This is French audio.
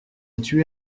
tué